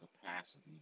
capacity